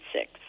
six